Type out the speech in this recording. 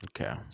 Okay